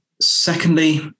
Secondly